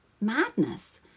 madness